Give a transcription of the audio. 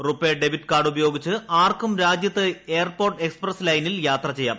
RuPay debit കാർഡുപയോഗിച്ച് ആർക്കും രാജ്യത്ത് എയർപോർട്ട് എക്സ്പ്രസ് ലൈനിൽ യാത്ര ചെയ്യാം